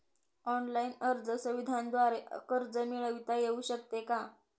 Online अर्ज सुविधांद्वारे कर्ज मिळविता येऊ शकते का?